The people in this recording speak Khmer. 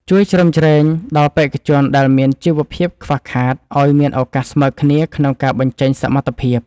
ជួយជ្រោមជ្រែងដល់បេក្ខជនដែលមានជីវភាពខ្វះខាតឱ្យមានឱកាសស្មើគ្នាក្នុងការបញ្ចេញសមត្ថភាព។